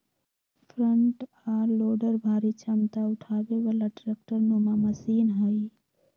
front आ loader भारी क्षमता उठाबे बला ट्रैक्टर नुमा मशीन हई